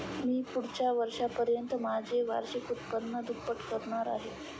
मी पुढच्या वर्षापर्यंत माझे वार्षिक उत्पन्न दुप्पट करणार आहे